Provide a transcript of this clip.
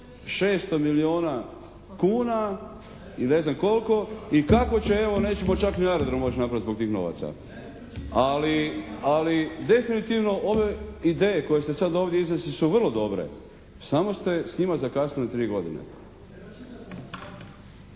600 milijuna kuna i ne znam koliko i kako će evo nećemo čak ni aerodrom moći napraviti zbog tih novaca. Ali, ali definitivno ove ideje koje ste sad ovdje iznesli su vrlo dobre. Samo ste s njima zakasnili tri godine.